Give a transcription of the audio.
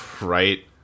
Right